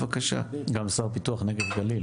גם שר לפיתוח הנגב והגליל לשעבר.